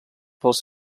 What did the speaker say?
pels